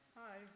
hi